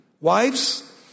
Wives